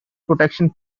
protection